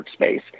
workspace